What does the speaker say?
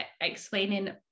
explaining